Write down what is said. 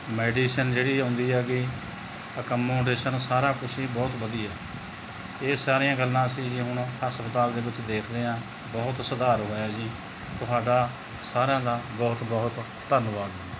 medicine ਜਿਹੜੀ ਆਉਂਦੀ ਹੈਗੀ ਅਕਮੋਡੇਸ਼ਨ ਸਾਰਾ ਕੁਛ ਹੀ ਬਹੁਤ ਵਧੀਆ ਇਹ ਸਾਰੀਆਂ ਗੱਲਾਂ ਸੀ ਜੀ ਹੁਣ ਹਸ ਪਤਾਲ ਦੇ ਵਿੱਚ ਦੇਖਦੇ ਹਾਂ ਬਹੁਤ ਸੁਧਾਰ ਹੋਇਆ ਜੀ ਤੁਹਾਡਾ ਸਾਰਿਆਂ ਦਾ ਬਹੁਤ ਬਹੁਤ ਧੰਨਵਾਦ ਜੀ